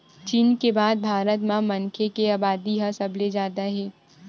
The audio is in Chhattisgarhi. चीन के बाद भारत म मनखे के अबादी ह सबले जादा हे